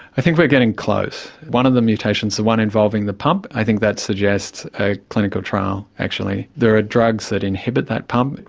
i think we are getting close. one of the mutations, the one involving the pump, i think that suggests a clinical trial actually. there are drugs that inhibit that pup.